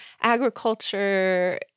agriculture